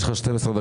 יש לך 12 דקות,